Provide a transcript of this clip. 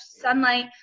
sunlight